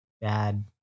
bad